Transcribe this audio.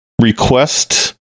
request